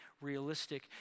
realistic